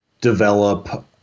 develop